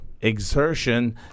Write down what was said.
exertion